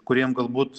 kuriem galbūt